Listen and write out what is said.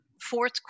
fourth